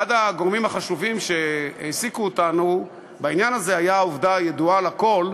אחד הגורמים החשובים שהעסיקו אותנו בעניין הזה היה העובדה הידועה לכול,